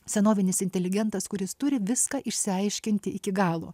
senovinis inteligentas kuris turi viską išsiaiškinti iki galo